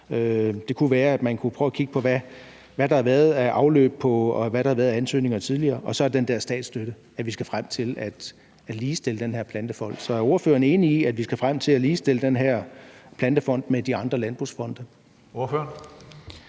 Det kunne være, at man kunne prøve at kigge på, hvad der har været af afløb, og hvad der har været af ansøgninger tidligere, og så den der statsstøtte, og at vi skal frem til at ligestille den her Plantefond. Så er ordføreren enig i, at vi skal frem til at ligestille den her Plantefond med de andre landbrugsfonde?